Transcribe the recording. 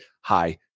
hi